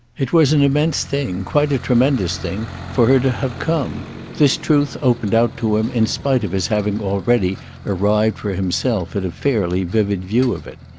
it was an immense thing, quite a tremendous thing, for her to have come this truth opened out to him in spite of his having already arrived for himself at a fairly vivid view of it.